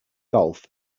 golf